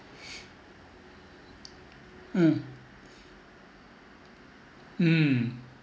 mm mm